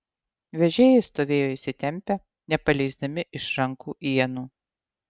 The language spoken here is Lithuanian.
vežėjai stovėjo įsitempę nepaleisdami iš rankų ienų